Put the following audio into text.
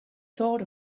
thought